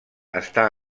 està